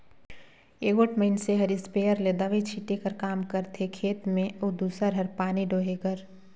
एगोट मइनसे हर इस्पेयर ले दवई छींचे कर काम करथे खेत में अउ दूसर हर पानी डोहे कर